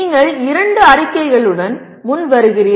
நீங்கள் இரண்டு அறிக்கைகளுடன் முன் வருகிறீர்கள்